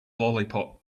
lollipop